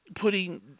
Putting